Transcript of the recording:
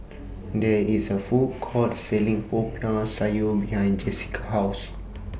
There IS A Food Court Selling Popiah Sayur behind Jesica's House